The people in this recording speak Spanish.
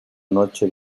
noche